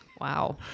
wow